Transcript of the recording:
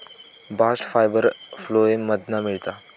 bast fibre phloem मधना मिळता